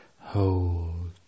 hold